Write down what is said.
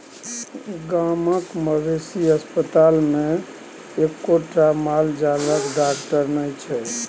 गामक मवेशी अस्पतालमे एक्कोटा माल जालक डाकटर नहि छै